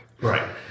right